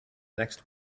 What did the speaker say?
next